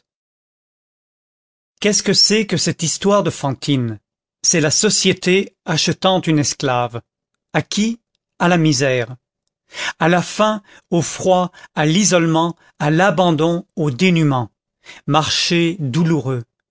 qu'est-ce que c'est que cette histoire de fantine c'est la société achetant une esclave à qui à la misère à la faim au froid à l'isolement à l'abandon au dénûment marché douloureux